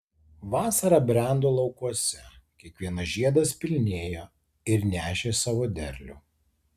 vasara brendo laukuose kiekvienas žiedas pilnėjo ir nešė savo derlių